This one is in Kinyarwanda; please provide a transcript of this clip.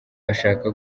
bashaka